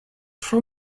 tro